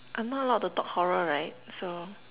I'm not allowed to talk horror right so